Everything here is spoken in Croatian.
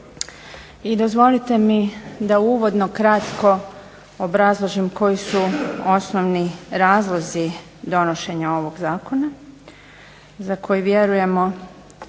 I dozvolite mi da uvodno kratko obrazložim koji su osnovni razlozi donošenja ovog zakona za koji vjerujemo